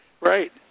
Right